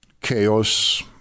Chaos